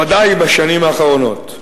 ודאי בשנים האחרונות.